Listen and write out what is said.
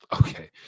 okay